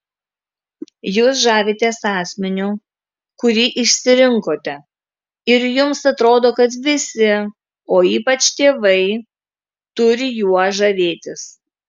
jūs žavitės asmeniu kurį išsirinkote ir jums atrodo kad visi o ypač tėvai turi juo žavėtis